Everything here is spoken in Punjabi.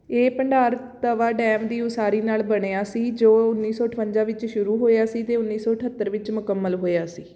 ਇਹ ਭੰਡਾਰ ਤਵਾ ਡੈਮ ਦੀ ਉਸਾਰੀ ਨਾਲ ਬਣਿਆ ਸੀ ਜੋ ਉੱਨੀ ਸੌ ਅਠਵੰਜਾ ਵਿੱਚ ਸ਼ੁਰੂ ਹੋਇਆ ਸੀ ਅਤੇ ਉੱਨੀ ਸੌ ਅਠੱਤਰ ਵਿੱਚ ਮੁਕੰਮਲ ਹੋਇਆ ਸੀ